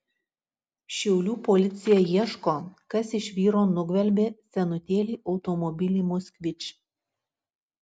šiaulių policija ieško kas iš vyro nugvelbė senutėlį automobilį moskvič